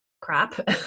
crap